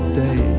day